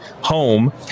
home